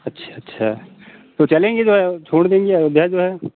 अच्छा अच्छा तो चलेंगे छोड़ देंगे अयोध्या जो है